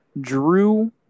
Drew